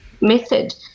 method